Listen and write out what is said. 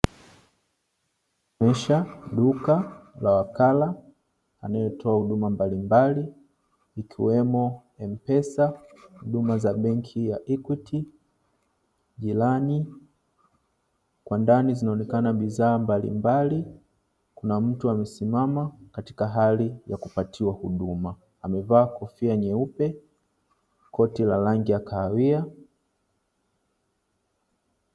Meshack duka la wakala anayetoa huduma mbalimbali, ikiwemo mpesa, huduma za benki ya equity, ilani kwa ndani zinaonekana bidhaa mbalimbali kuna mtu amesimama katika hali ya kupatiwa huduma amevaa kofia nyeupe la rangi ya kahawia.